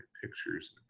pictures